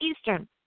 Eastern